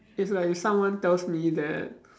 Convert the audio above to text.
is like if someone tells me that